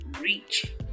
Reach